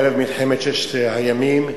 ערב מלחמת ששת הימים,